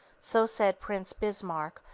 so said prince bismarck,